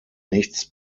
nichts